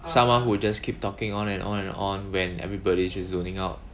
someone who just keep talking on and on and on when everybody just zoning out